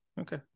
Okay